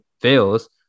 fails